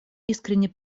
искренне